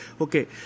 okay